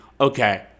okay